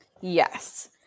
Yes